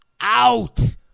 out